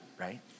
right